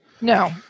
No